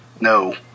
No